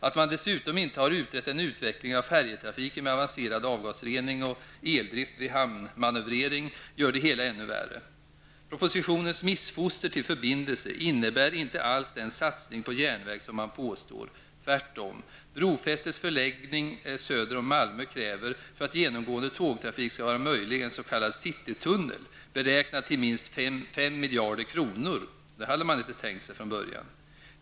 Att man dessutom inte har utrett en utveckling av färjetrafiken med avancerad avgasrening och eldrift vid hamnmanövrering gör det hela ännu värre. Propositionens missfoster till förbindelse innebär inte alls den satsning på järnväg som man påstår, tvärtom. Brofästets förläggning söder om Malmö kräver, för att genomgående tågtrafik skall vara möjlig, en s.k. citytunnel beräknad till minst 5 miljarder kronor. Det hade man inte tänkt sig från början.